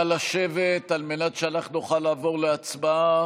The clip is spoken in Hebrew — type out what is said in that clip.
נא לשבת על מנת שאנחנו נוכל לעבור להצבעה.